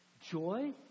joy